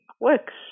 works